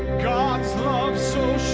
god's love so